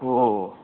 ഓ O